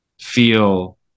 feel